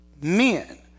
men